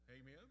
Amen